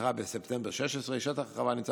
ונפתחה בספטמבר 2016. שטח החווה נמצא